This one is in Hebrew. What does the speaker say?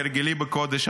כהרגלי בקודש,